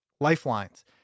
Lifelines